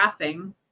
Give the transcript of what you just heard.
graphing